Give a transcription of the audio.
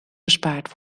bespaard